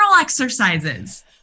exercises